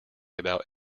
about